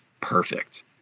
perfect